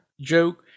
joke